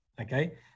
Okay